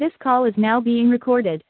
this call is now being recorded